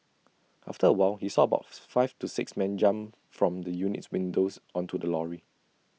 after A while he saw about five to six men jump from the unit's windows onto the lorry